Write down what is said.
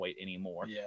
anymore